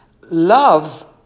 Love